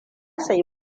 sayi